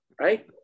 right